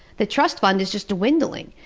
the trust fund is just dwindling,